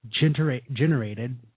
generated